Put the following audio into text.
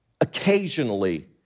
occasionally